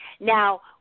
Now